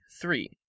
three